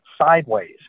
sideways